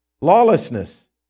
lawlessness